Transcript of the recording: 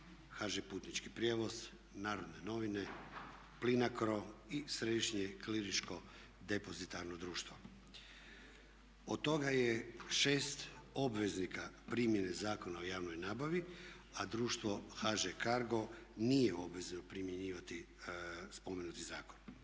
HŽ Putnički prijevoz, Narodne novine, PLINACRO i Središnje klirinško depozitarno društvo. Od toga je 6 obveznika primjene Zakona o javnoj nabavi a društvo HŽ CARGO nije u obvezi primjenjivati spomenuti zakon.